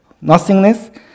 Nothingness